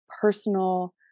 personal